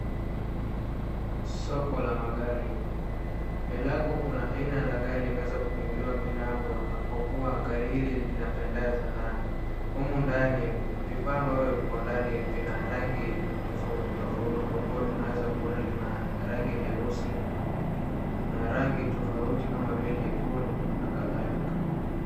Soko la magari. Mbele yako kuna aina la gari imeweza kufunguliwa milango na kwa kuwa gari hili linapendeza na humu ndani vifaa ambavyo viko ndani vina rangi tofautitofauti kwa kuwa tunaweza kuona lina rangi nyeusi na rangi tofauti kama vile nyekundu na kadhalika.